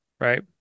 right